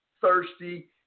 thirsty